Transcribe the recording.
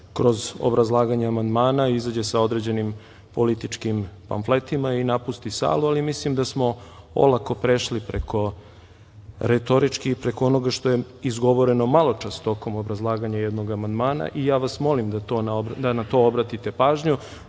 kroz obrazlaganje amandmana izađe sa određenim političkim pamfletima i napusti salu, ali mislim da smo olako prešli preko retorički preko onoga što je izgovoreno maločas tokom obrazlaganja jednog amandmana. Molim vas da na to obratite pažnju.